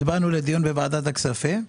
ובאנו לדיון בוועדת הכספים.